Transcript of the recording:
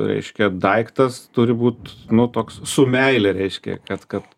reiškia daiktas turi būt nu toks su meile reiškia kad kad